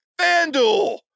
FanDuel